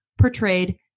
portrayed